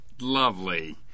lovely